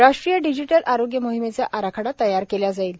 राष्ट्रीय डिजीटल आरोग्य मोहिमेचा आराखडा तयार केला जाईल